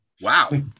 Wow